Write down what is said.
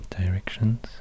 directions